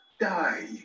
die